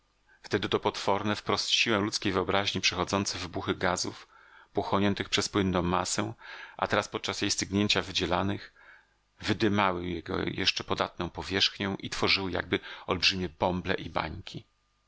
wtedy to potworne wprost siłę ludzkiej wyobraźni przechodzące wybuchy gazów pochłoniętych przez płynną masę a teraz podczas jej stygnięcia wydzielanych wydymały jego jeszcze podatną powierzchnię i tworzyły jakby olbrzymie bąble i bańki